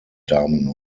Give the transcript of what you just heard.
damen